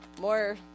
more